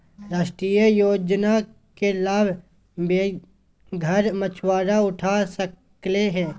राष्ट्रीय योजना के लाभ बेघर मछुवारा उठा सकले हें